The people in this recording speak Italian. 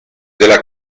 della